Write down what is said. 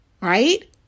Right